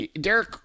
Derek